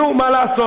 נו, מה לעשות?